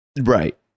Right